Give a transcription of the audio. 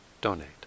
donate